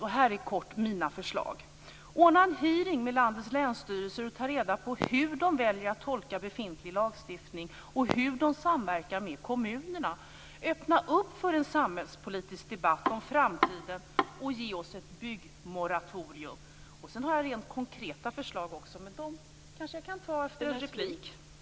Här följer kortfattat mina förslag: Ordna en hearing med landets länsstyrelser och ta reda på hur de väljer att tolka befintlig lagstiftning och hur de samverkar med kommunerna! Öppna upp för en samhällspolitisk debatt om framtiden och ge oss ett byggmoratorium! Sedan har jag en del konkreta förslag, men de kan jag kanske ta upp senare.